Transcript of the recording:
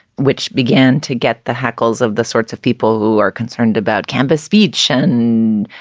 which began to get the hackles of the sorts of people who are concerned about campus speech and,